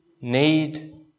need